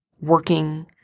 working